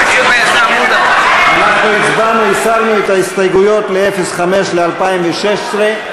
אנחנו הצבענו, הסרנו את ההסתייגויות ל-05 ל-2016.